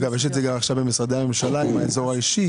אגב, יש את זה גם במשרדי הממשלה עם האזור האישי.